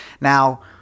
Now